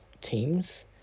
teams